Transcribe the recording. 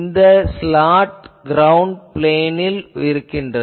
இந்த slot ground பிளேனில் உள்ளது